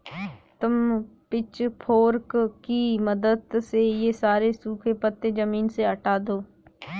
तुम पिचफोर्क की मदद से ये सारे सूखे पत्ते ज़मीन से हटा दो